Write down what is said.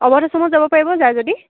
অৱধ আছামত যাব পাৰিব যায় যদি